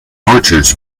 orchards